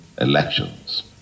elections